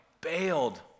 bailed